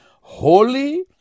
holy